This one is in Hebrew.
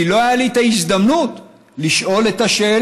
כי לא הייתה לי ההזדמנות לשאול את השאלה,